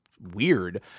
weird